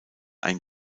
ein